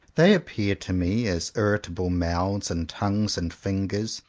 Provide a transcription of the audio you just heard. they appear to me as irritable mouths and tongues and fingers,